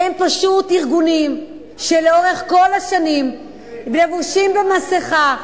הם פשוט ארגונים שלאורך כל השנים לבושים במסכה,